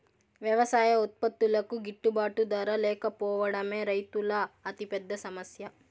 వ్యవసాయ ఉత్పత్తులకు గిట్టుబాటు ధర లేకపోవడమే రైతుల అతిపెద్ద సమస్య